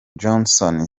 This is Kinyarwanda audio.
johnson